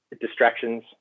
distractions